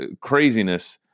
craziness